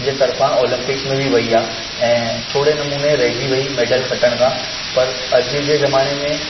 जे तर्फ़ां ओलम्पिक्स में बि वई आहे ऐं थोरे नमूने रहिजी वई मेडल खटणु खां पर अॼु जे ज़माने में